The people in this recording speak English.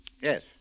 Yes